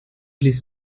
blies